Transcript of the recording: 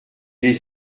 les